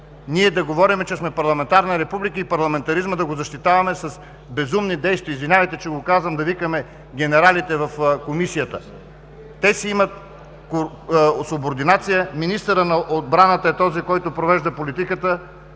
ние да говорим, че сме парламентарна република и да защитаваме парламентаризма с безумни действия. Извинявайте, че го казвам – да викаме генералите в Комисията?! Те си имат субординация. Министърът на отбраната е този, който провежда политиката,